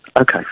Okay